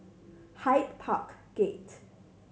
Hyde Park Gate